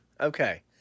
Okay